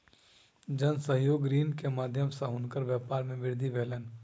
जन सहयोग ऋण के माध्यम सॅ हुनकर व्यापार मे वृद्धि भेलैन